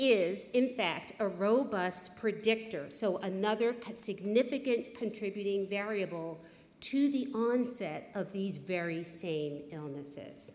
is in fact a robust predictor so another significant contributing variable to the onset of these very same illnesses